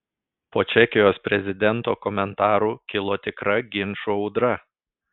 po čekijos prezidento komentarų kilo tikra ginčų audra